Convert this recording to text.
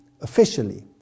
officially